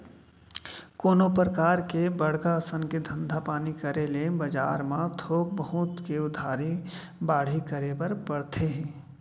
कोनो परकार के बड़का असन के धंधा पानी करे ले बजार म थोक बहुत के उधारी बाड़ही करे बर परथे ही